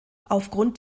aufgrund